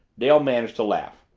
dale managed to laugh.